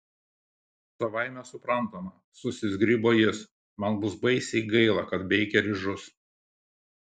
savaime suprantama susizgribo jis man bus baisiai gaila kad beikeris žus